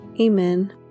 Amen